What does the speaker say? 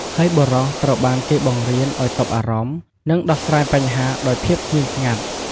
ហើយបុរសត្រូវបានគេបង្រៀនឱ្យទប់អារម្មណ៍ និងដោះស្រាយបញ្ហាដោយភាពស្ងៀមស្ងាត់។